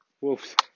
Wolves